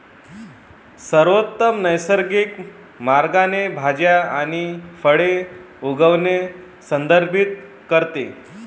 सर्वोत्तम नैसर्गिक मार्गाने भाज्या आणि फळे उगवणे संदर्भित करते